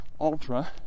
ultra